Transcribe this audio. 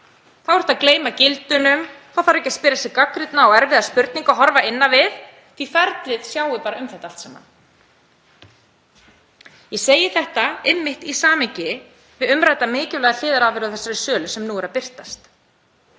Þá gleymirðu gildunum, þá þarf ekki að spyrja gagnrýnna og erfiðra spurninga og horfa inn á við því að ferlið sjái bara um þetta allt saman. Ég segi þetta einmitt í samhengi við umrædda mikilvæga hliðarafurð af þessari sölu sem nú er að birtast.